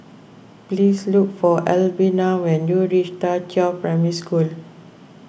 please look for Albina when you reach Da Qiao Primary School